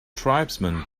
tribesmen